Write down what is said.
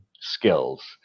skills